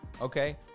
okay